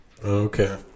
Okay